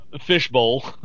fishbowl